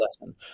lesson